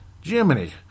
Jiminy